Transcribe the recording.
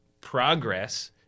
progress